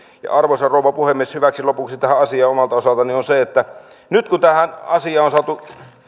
arvoisa rouva puhemies hyväksi lopuksi tähän asiaan omalta osaltani nyt tähän asiaan on saatu